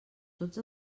tots